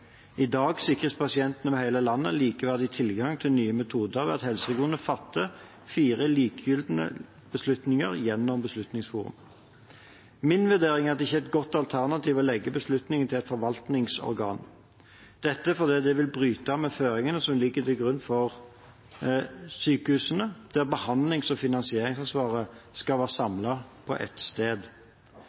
I dag sikres pasientene over hele landet likeverdig tilgang til nye metoder ved at helseregionene fatter fire likelydende beslutninger gjennom Beslutningsforum. Min vurdering er at det ikke er et godt alternativ å legge beslutningene til et forvaltningsorgan – dette fordi det vil bryte med føringene som ligger til grunn for sykehusene, der behandlings- og finansieringsansvaret skal være samlet på ett sted.